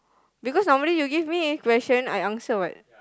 because normally you give a question I answer what